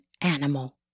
animal